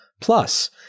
Plus